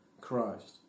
Christ